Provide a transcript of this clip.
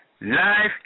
life